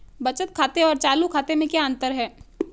बचत खाते और चालू खाते में क्या अंतर है?